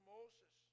Moses